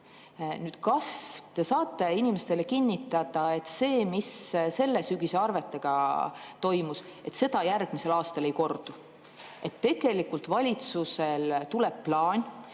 talv. Kas te saate inimestele kinnitada, et see, mis sellel sügisel arvetega toimus, järgmisel aastal ei kordu, et valitsusel tuleb plaan,